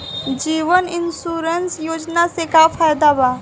जीवन insurance योजना से का फायदा बा?